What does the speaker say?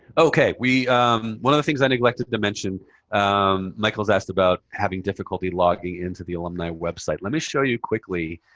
ok. one of the things i neglected to mention um michael's asked about having difficulty logging into the alumni website. let me show you quickly